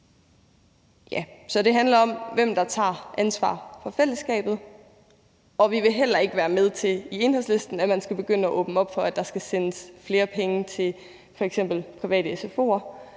Så det handler om, hvem der tager ansvar for fællesskabet. Vi vil i Enhedslisten heller ikke være med til, at man skal begynde at åbne op for, at der skal sendes flere penge til f.eks. private sfo'er